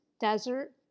Desert